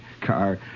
car